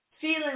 feeling